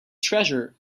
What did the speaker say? treasure